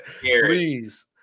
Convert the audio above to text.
Please